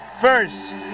first